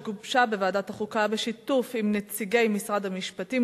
שגובשה בוועדת החוקה בשיתוף עם נציגי משרד המשפטים,